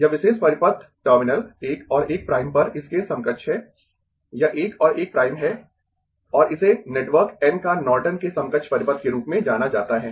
यह विशेष परिपथ टर्मिनल 1 और 1 प्राइम पर इसके समकक्ष है यह 1 और 1 प्राइम है और इसे नेटवर्क N का नॉर्टन के समकक्ष परिपथ के रूप में जाना जाता है